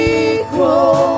equal